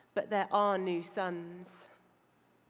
but there are new suns.